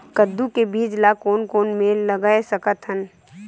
कददू के बीज ला कोन कोन मेर लगय सकथन?